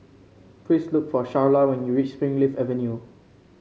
please look for Sharla when you reach Springleaf Avenue